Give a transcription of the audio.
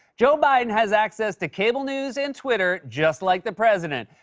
joe biden has access to cable news and twitter, just like the president.